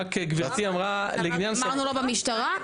אמרנו לא במשטרה?